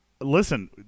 Listen